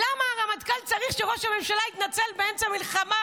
למה הרמטכ"ל צריך שראש הממשלה יתנצל באמצע מלחמה?